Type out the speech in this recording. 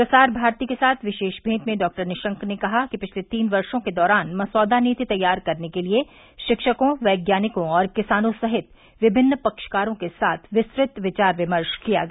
प्रसार भारती के साथ विशेष मेंट में डॉक्टर निशंक ने कहा कि पिछले तीन वर्षों के दौरान मसौदा नीति तैयार करने के लिए शिक्षकों वैज्ञानिकों और किसानों सहित विभिन्न पक्षकारों के साथ विस्तृत विचार विमर्श किया गया